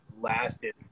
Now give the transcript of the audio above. lasted